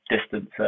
distance